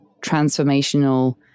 transformational